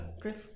Chris